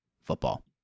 football